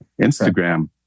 Instagram